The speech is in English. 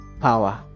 power